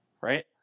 Right